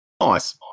Nice